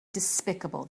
despicable